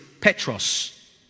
Petros